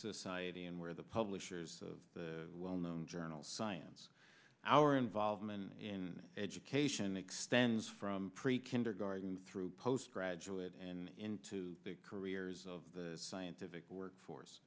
society and where the publishers of the well known journal science our involvement in education extends from pre kindergarten through postgraduate and into the careers of the scientific workforce